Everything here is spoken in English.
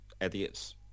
idiots